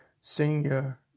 senior